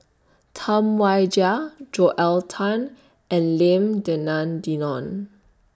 Tam Wai Jia Joel Tan and Lim Denan Denon